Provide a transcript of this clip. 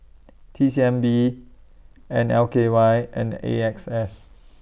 T C M B L K Y and A X S